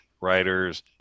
writers